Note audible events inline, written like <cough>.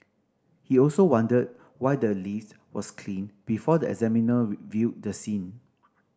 he also wondered why the list was cleaned before the examiner <unintelligible> viewed the scene